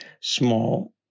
small